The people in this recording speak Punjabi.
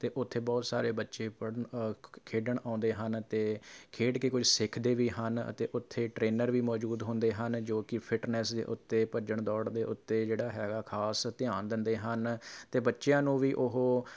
ਅਤੇ ਉੱਥੇ ਬਹੁਤ ਸਾਰੇ ਬੱਚੇ ਪੜ੍ਹਨ ਅ ਖੇਡਣ ਆਉਂਦੇ ਹਨ ਅਤੇ ਖੇਡ ਕੇ ਕੁਝ ਸਿੱਖਦੇ ਵੀ ਹਨ ਅਤੇ ਉੱਥੇ ਟ੍ਰੇਨਰ ਵੀ ਮੌਜੂਦ ਹੁੰਦੇ ਹਨ ਜੋ ਕਿ ਫਿੱਟਨੈਸ ਦੇ ਉੱਤੇ ਭੱਜਣ ਦੌੜ ਦੇ ਉੱਤੇ ਜਿਹੜਾ ਹੈਗਾ ਖਾਸ ਧਿਆਨ ਦਿੰਦੇ ਹਨ ਅਤੇ ਬੱਚਿਆਂ ਨੂੰ ਵੀ ਉਹ